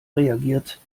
reagiert